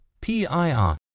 PIR